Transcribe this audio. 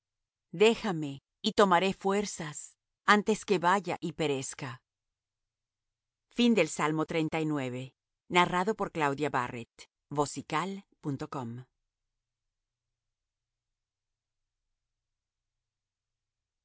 déjame y tomaré fuerzas antes que vaya y perezca al